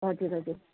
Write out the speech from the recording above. हजुर हजुर